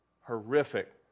horrific